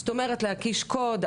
זאת אומרת להקיש קוד,